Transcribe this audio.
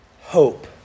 hope